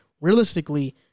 realistically